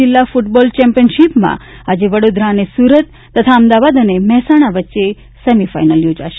જિલ્લા ફુટબોલ ચેમ્પીયન શીપમાં આજે વડોદરા અને સુરત તથા અમદાવાદ અને મહેસાણા વચ્ચેની સેમી ફાઇનલ યોજાશે